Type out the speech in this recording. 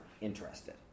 interested